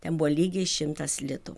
ten buvo lygiai šimtas litų